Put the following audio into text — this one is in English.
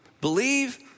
believe